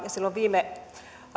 silloin viime